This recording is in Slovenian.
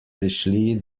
prišli